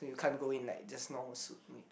you can't go in like just normal suit